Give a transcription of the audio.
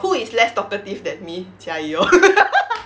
who is less talkative than me jia yi lor